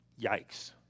yikes